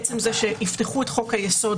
עצם זה שיפתחו את חוק היסוד,